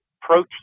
protein